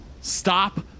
Stop